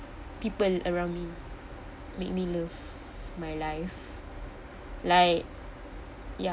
people around me make me love my life like ya